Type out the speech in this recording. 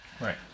Right